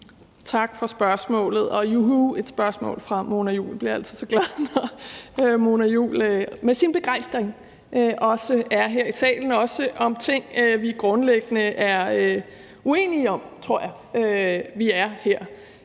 Tak for spørgsmålet, og juhu et spørgsmål fra Mona Juul. Jeg bliver altid så glad, når Mona Juul med sin begejstring er her i salen, også når vi taler om ting, vi grundlæggende er uenige om – det tror jeg vi er her.